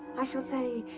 i shall say,